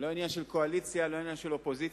לא עניין של קואליציה ולא עניין של אופוזיציה.